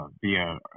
via